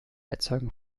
erzeugung